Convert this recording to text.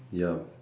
ya